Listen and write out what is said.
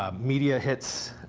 um media hits